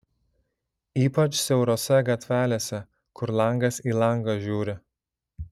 ypač siaurose gatvelėse kur langas į langą žiūri